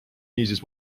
niisiis